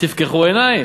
תפקחו עיניים.